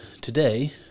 today